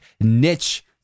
niche